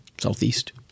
southeast